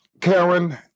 Karen